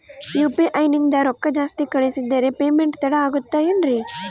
UPI ನಿಂದ ರೊಕ್ಕ ಜಾಸ್ತಿ ಕಳಿಸಿದರೆ ಪೇಮೆಂಟ್ ತಡ ಆಗುತ್ತದೆ ಎನ್ರಿ?